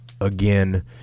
again